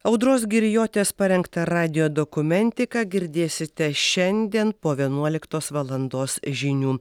audros girijotės parengtą radijo dokumentiką girdėsite šiandien po vienuoliktos valandos žinių